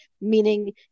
meaning